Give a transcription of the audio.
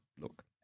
look